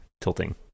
tilting